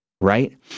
Right